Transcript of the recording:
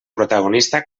protagonista